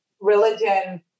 religion